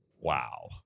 Wow